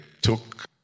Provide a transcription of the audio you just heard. took